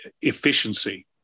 efficiency